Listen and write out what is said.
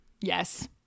Yes